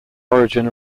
origin